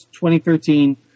2013